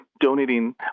donating